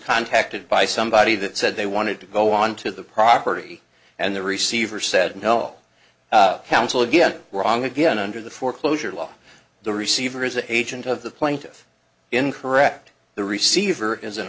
contacted by somebody that said they wanted to go onto the property and the receiver said no council again wrong again under the foreclosure law the receiver is an agent of the plaintiff in correct the receiver is an